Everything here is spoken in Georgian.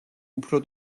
უფრო